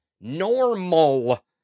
normal